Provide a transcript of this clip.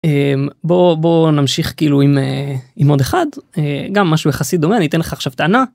בוא בוא נמשיך כאילו עם עם עוד אחד גם משהו יחסית דומה אני אתן לך עכשיו טענה.